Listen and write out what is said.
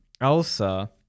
Elsa